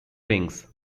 rings